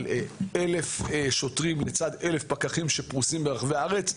על 1,000 שוטרים לצד 1,000 פקחים שפרוסים ברחבי הארץ.